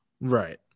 Right